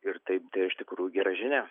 ir taip tai iš tikrųjų gera žinia